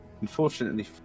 unfortunately